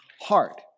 heart